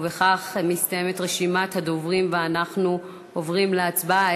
ובכך מסתיימת רשימת הדוברים ואנחנו עוברים להצבעה,